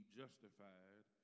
justified